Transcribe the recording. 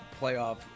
playoff